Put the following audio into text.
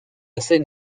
assez